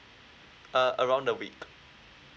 uh around a week